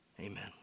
Amen